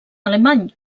alemany